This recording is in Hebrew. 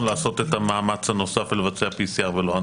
לעשות את המאמץ הנוסף ולבצע PCR ולא אנטיגן.